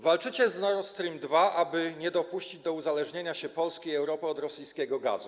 Walczycie z Nord Stream 2, aby nie dopuścić do uzależnienia się Polski i Europy od rosyjskiego gazu.